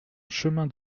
chemin